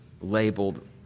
labeled